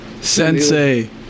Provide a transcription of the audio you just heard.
sensei